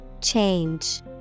Change